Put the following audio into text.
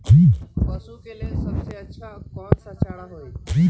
पशु के लेल सबसे अच्छा कौन सा चारा होई?